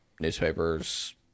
newspapers